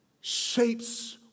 shapes